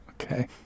Okay